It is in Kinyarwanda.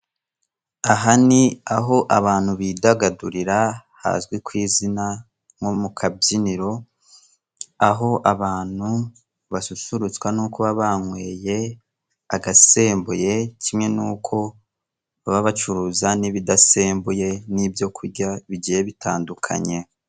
Aha ni aho abantu bidagadurira, hazwi kw'izina nko mu kabyiniro. Aho abantu basusurutswa nuko baba banyweye agasembuye. Kimwe nuko baba bacuruza n'ibidasembuye, n'ibyo kurya bigiye bitandukanye.